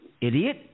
Idiot